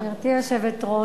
גברתי היושבת-ראש,